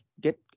get